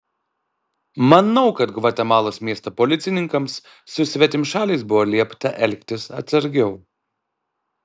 manau kad gvatemalos miesto policininkams su svetimšaliais buvo liepta elgtis atsargiau